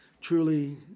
truly